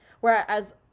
whereas